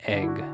egg